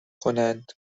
کنند